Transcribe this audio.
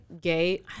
gay